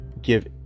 give